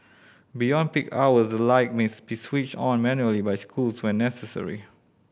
beyond peak hours the light may switched on manually by schools when necessary